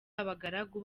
abagaragu